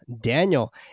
Daniel